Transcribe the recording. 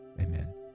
amen